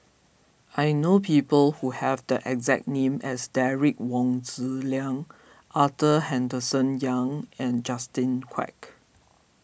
I know people who have the exact name as Derek Wong Zi Liang Arthur Henderson Young and Justin Quek